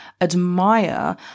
admire